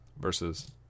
versus